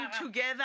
together